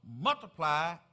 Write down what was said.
multiply